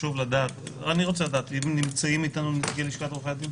לדעת אם נמצאים איתנו נציגים של לשכת עורכי הדין.